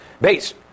base